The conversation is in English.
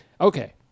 Okay